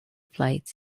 flights